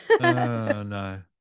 no